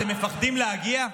אתם מפחדים להגיע?